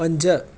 पंज